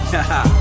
Haha